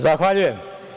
Zahvaljujem.